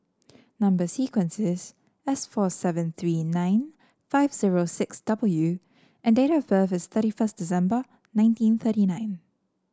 number sequence is S four seven three nine five zero six W and date of birth is thirty first December nineteen thirty nine